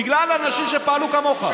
בגלל אנשים שפעלו כמוך.